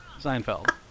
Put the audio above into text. Seinfeld